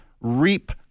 reap